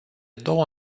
două